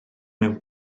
mewn